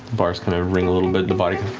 bars kind of ring a little bit, the body